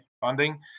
funding